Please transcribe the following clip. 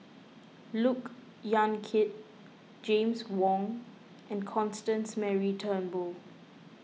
Look Yan Kit James Wong and Constance Mary Turnbull